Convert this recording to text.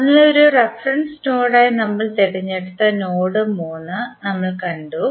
അതിനാൽ ഒരു റഫറൻസ് നോഡായി നമ്മൾ തിരഞ്ഞെടുത്ത നോഡ് 3 നമ്മൾ കണ്ടു